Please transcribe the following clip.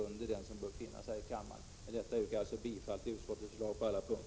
Jag tycker dock att detta ligger under den — Prot. 1986/87:51